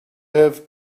have